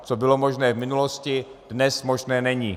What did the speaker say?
Co bylo možné v minulosti, dnes možné není.